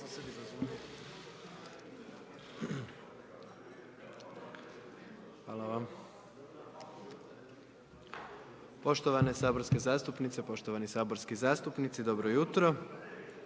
sabora. Poštovani saborske zastupnice, poštovani saborski zastupnici, evo, nakon